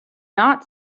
not